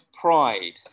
pride